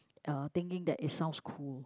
uh thinking that it sounds cool